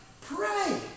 Pray